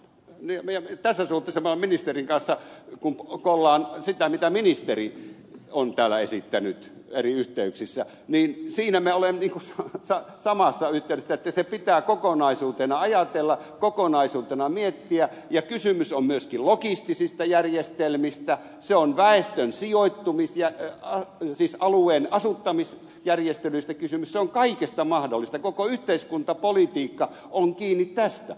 ja tässä suhteessa minä olen ministerin kanssa samaa mieltä mitä ministeri on täällä esittänyt eri yhteyksissä niin elämä olenius ja sama selitys että se pitää kokonaisuutena ajatella kokonaisuutena miettiä ja kysymys on myöskin logistisista järjestelmistä on alueen asuttamisjärjestelyistä kysymys on kaikesta mahdollisesta koko yhteiskuntapolitiikka on kiinni tästä